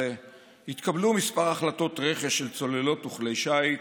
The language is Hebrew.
התקבלו כמה החלטות רכש של צוללות וכלי שיט